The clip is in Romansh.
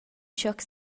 schiglioc